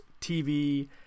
TV